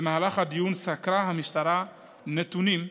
במהלך הדיון סקרה המשטרה נתונים,